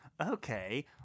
okay